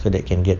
so that can get